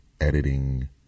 editing